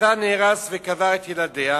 שביתה נהרס וקבר את ילדיה,